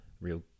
real